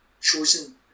chosen